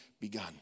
begun